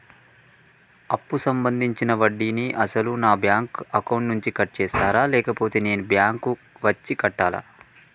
అప్పు సంబంధించిన వడ్డీని అసలు నా బ్యాంక్ అకౌంట్ నుంచి కట్ చేస్తారా లేకపోతే నేను బ్యాంకు వచ్చి కట్టాలా?